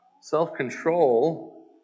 Self-control